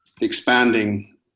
expanding